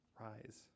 rise